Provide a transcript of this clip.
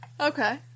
Okay